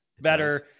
better